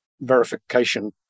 verification